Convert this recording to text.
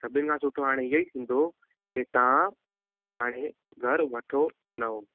सभिनि खां सुठो हाणे इहो ई थींदो के तव्हां हाणे घरि वठो नओं